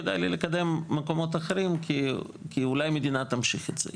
כדאי לי לקדם מקומות אחרים כי אולי המדינה תמשיך את זה.